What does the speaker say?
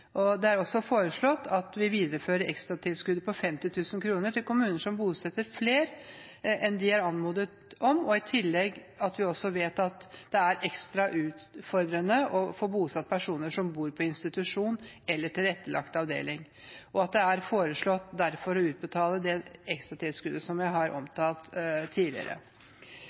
som bosetter flere enn de er anmodet om. I tillegg vet vi at det er ekstra utfordrende å få bosatt personer som bor på institusjon eller tilrettelagt avdeling. Det er derfor foreslått å utbetale det ekstratilskuddet jeg tidligere har omtalt.